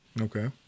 Okay